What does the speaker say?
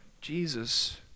Jesus